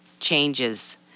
changes